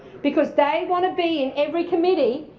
because they want to be in every committee,